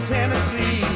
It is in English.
Tennessee